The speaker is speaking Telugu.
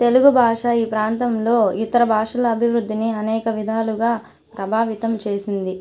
తెలుగు భాష ఈ ప్రాంతంలో ఇతర భాషల అభివృద్ధిని అనేక విధాలుగా ప్రభావితం చేసింది